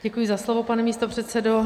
Děkuji za slovo, pane místopředsedo.